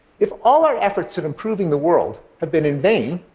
if all our efforts at improving the world have been in vain,